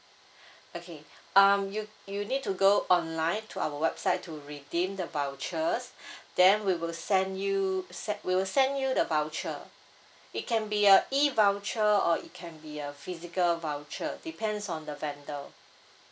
okay um you you need to go online to our website to redeem the vouchers then we will send you se~ we will send you the voucher it can be a E voucher or it can be a physical voucher depends on the vendor